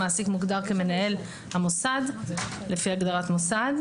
המעסיק מוגדר כמנהל המוסד לפי הגדרת מוסד.